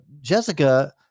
Jessica